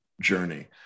journey